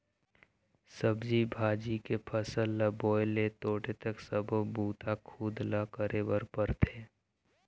सब्जी भाजी के फसल ल बोए ले तोड़े तक सब्बो बूता खुद ल करे बर परथे